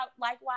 likewise